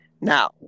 Now